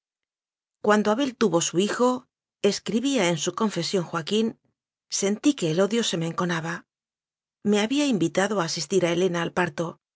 cuando abel tuvo su hijoescribía en su confesión joaquínsentí que el odio se me enconaba me había invitado a asistir a helena al parto